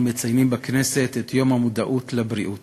מציינים בכנסת את יום המודעות לבריאות,